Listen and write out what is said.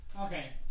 Okay